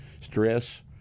Stress